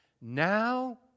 now